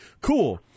cool